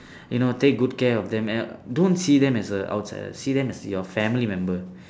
you know take good care of them and don't see them as a outsider see them as your family member